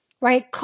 right